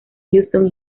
houston